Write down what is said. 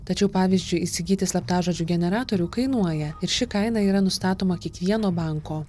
tačiau pavyzdžiui įsigyti slaptažodžių generatorių kainuoja ir ši kaina yra nustatoma kiekvieno banko